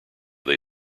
they